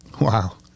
Wow